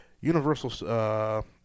Universal